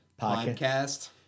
podcast